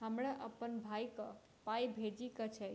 हमरा अप्पन भाई कऽ पाई भेजि कऽ अछि,